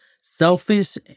selfish